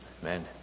Amen